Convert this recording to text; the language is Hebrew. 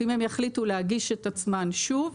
אם הן יחליטו להגיש את עצמן שוב,